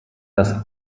das